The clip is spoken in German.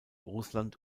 russland